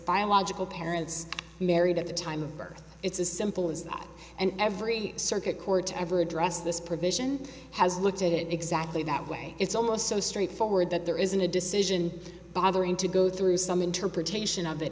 biological parents married at the time of birth it's as simple as that and every circuit court ever addressed this provision has looked at it exactly that way it's almost so straightforward that there isn't a decision bothering to go through some interpretation of